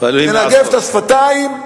ננגב את השפתיים,